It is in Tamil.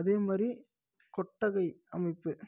அதே மாதிரி கொட்டகை அமைப்பு